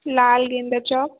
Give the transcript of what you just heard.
लाल Jhanda चौक